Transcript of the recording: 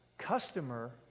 customer